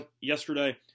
yesterday